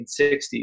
1960s